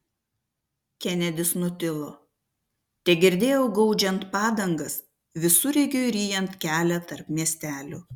kenedis nutilo tegirdėjau gaudžiant padangas visureigiui ryjant kelią tarp miestelių